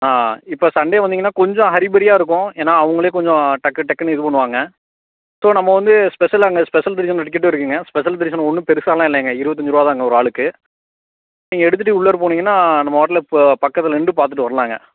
ஆ இப்போ சண்டே வந்திங்கன்னால் கொஞ்சம் ஹரி பரியாக இருக்கும் ஏன்னால் அவங்களே கொஞ்சம் டக்கு டக்குன்னு இதுப் பண்ணுவாங்க ஸோ நம்ம வந்து ஸ்பெசலாக அங்கே ஸ்பெசல் தரிசனம் டிக்கெட்டும் இருக்குங்க ஸ்பெசல் தரிசனம் ஒன்றும் பெருசாயெலாம் இல்லைங்க இருபத்தஞ்சு ரூபா தாங்க ஒரு ஆளுக்கு நீங்கள் எடுத்துவிட்டு உள்ளார போனீங்கன்னால் நம்ம பாட்டில் ப பக்கத்தில் நின்றுப் பார்த்துட்டு வரலாங்க